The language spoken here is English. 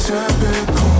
Typical